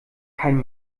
kein